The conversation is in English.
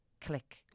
click